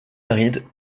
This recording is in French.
arides